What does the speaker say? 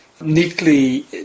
neatly